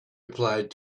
applied